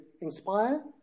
inspire